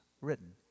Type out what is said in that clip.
written